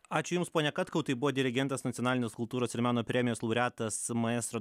ačiū jums pone katkau tai buvo dirigentas nacionalinės kultūros ir meno premijos laureatas maestro